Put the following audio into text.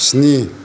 स्नि